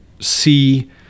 see